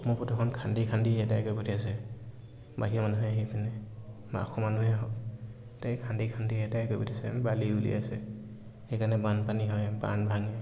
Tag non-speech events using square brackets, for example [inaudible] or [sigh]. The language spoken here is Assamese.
[unintelligible] বাহিৰৰ মানুহে আহি পিনে বা অসমৰ মানুহে হওক [unintelligible] খান্দি খান্দি [unintelligible] পঠিয়াইছে বালি উলিয়াইছে সেইকাৰণে বানপানী হয় বান ভাঙে